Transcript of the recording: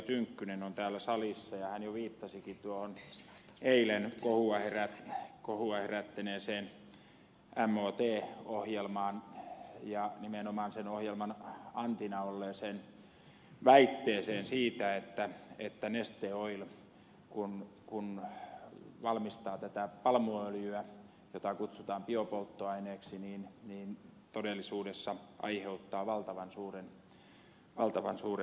tynkkynen on täällä salissa ja hän jo viittasikin tuohon eilen kohua herättäneeseen mot ohjelmaan ja nimenomaan sen ohjelman antina olleeseen väitteeseen siitä että neste oil kun valmistaa tätä palmuöljyä jota kutsutaan biopolttoaineeksi se todellisuudessa aiheuttaa valtavan suuret ilmastopäästöt